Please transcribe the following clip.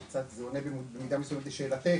קצת זה עונה במידה מסוימת לשאלתך,